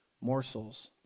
morsels